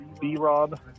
B-Rob